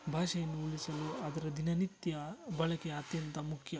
ಭಾಷೆಯನ್ನು ಉಳಿಸಲು ಅದರ ದಿನನಿತ್ಯ ಬಳಕೆ ಅತ್ಯಂತ ಮುಖ್ಯ